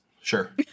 Sure